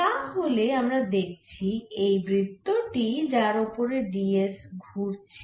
তাহলে আমরা দেখছি এই বৃত্ত টি যার ওপরে d s ঘুরছে